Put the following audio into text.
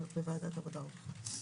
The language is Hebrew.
בוועדת העבודה והרווחה.